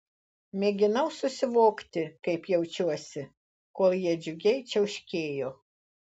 mėginau susivokti kaip jaučiuosi kol jie džiugiai čiauškėjo